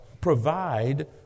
provide